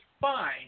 fine